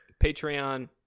Patreon